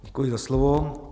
Děkuji za slovo.